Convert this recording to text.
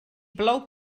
plou